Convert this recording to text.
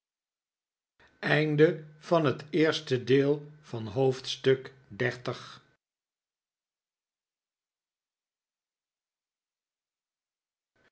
onderwerp van het gesprek haar van het